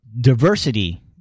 diversity